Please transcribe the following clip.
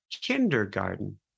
kindergarten